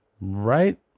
Right